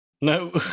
No